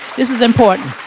this is important,